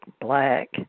black